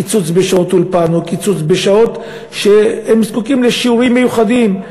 קיצוץ בשעות אולפן או קיצוץ בשעות שהם זקוקים להן לשיעורים מיוחדים,